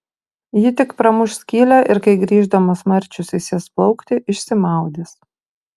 ji tik pramuš skylę ir kai grįždamas marčius įsės plaukti išsimaudys